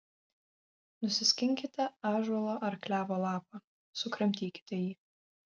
nusiskinkite ąžuolo ar klevo lapą sukramtykite jį